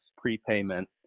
prepayment